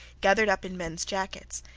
gathered up in mens jackets.